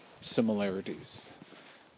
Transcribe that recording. similarities